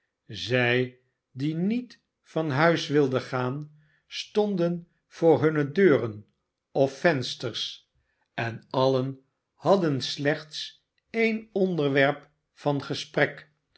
zij die niet van huis wilden gaan stonden voor hunne deuren of vensters en alien hadden slechts een onderwerp van gesprek